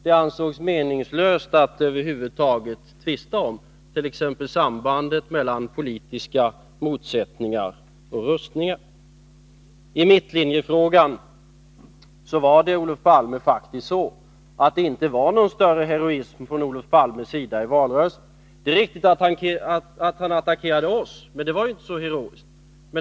Det ansågs meningslöst att över huvud taget tvista om t.ex. sambandet mellan politiska motsättningar och rustningar. I mittlinjefrågan var det, Olof Palme, faktiskt inte någon större heroism från Olof Palmes sida i valrörelsen. Det är riktigt att han attackerade oss, men det var inte så heroiskt.